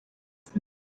muri